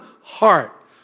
heart